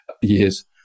years